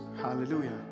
hallelujah